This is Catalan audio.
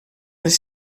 les